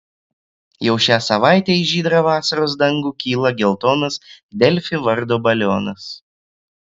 jau šią savaitę į žydrą vasaros dangų kyla geltonas delfi vardo balionas